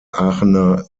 aachener